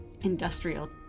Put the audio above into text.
industrial